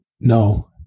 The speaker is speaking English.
No